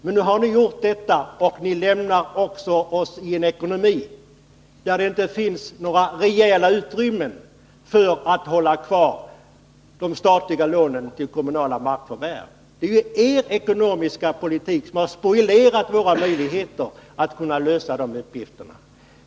Men nu har ni gjort det, och ni lämnar oss i en ekonomi där det inte finns några rejäla utrymmen för de statliga lånen till kommunala markförvärv. Det är er ekonomiska politik som spolierat våra möjligheter att lösa de uppgifterna.